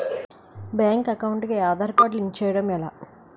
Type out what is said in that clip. Bank account కి Aadhaar card link చేయడం ఎలా?